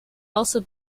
also